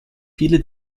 viele